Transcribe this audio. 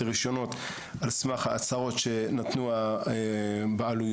הרישיונות על סמך ההצעות שנתנו הבעלויות,